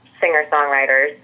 singer-songwriters